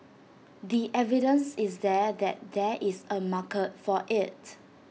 the evidence is there that there is A market for IT